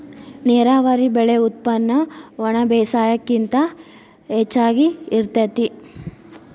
ನೇರಾವರಿ ಬೆಳೆ ಉತ್ಪನ್ನ ಒಣಬೇಸಾಯಕ್ಕಿಂತ ಹೆಚಗಿ ಇರತತಿ